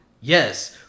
Yes